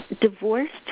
divorced